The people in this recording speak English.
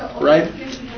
Right